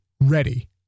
ready